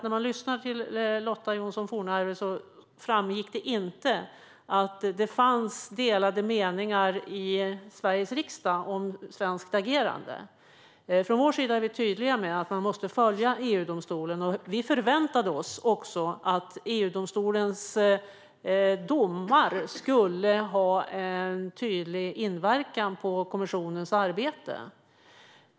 När man lyssnade på Lotta Johnsson Fornarve framgick det inte att det fanns delade meningar i Sveriges riksdag om ett svenskt agerande. Från vår sida är vi tydliga med att man måste följa EU-domstolen. Vi förväntade oss också att EU-domstolens domar skulle ha en tydlig inverkan på kommissionens arbete.